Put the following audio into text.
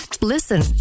listen